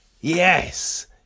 yes